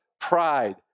pride